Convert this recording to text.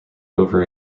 over